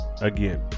Again